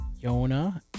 Yona